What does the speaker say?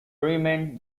riemann